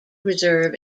reserve